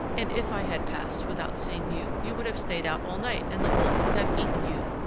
and if i had passed without seeing you, you would have stayed out all night and the wolf would have eaten you!